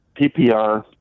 PPR